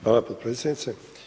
Hvala potpredsjednice.